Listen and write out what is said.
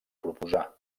proposar